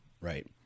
Right